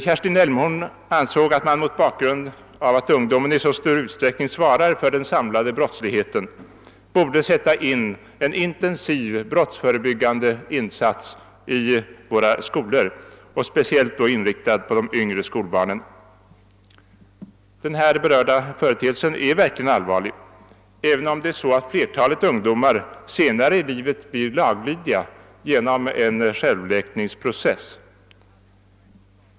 Kerstin Elmhorn ansåg att man mot bakgrunden av att ungdomen i så stor utsträckning svarar för den samlade brottsligheten borde sätta in en intensiv brottsförebyggande verksamhet i våra skolor, med speciell inriktning på de yngre skolbarnen. Den här berörda företeelsen är verkligen allvarlig, även om flertalet ungdomar senare i livet blir laglydiga genom en självläkningsprocess.